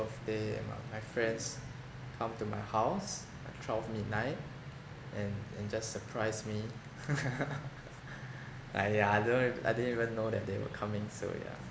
and my my friends come to my house at twelve midnight and and just surprised me uh yeah I don't even I didn't even know that they were coming so yeah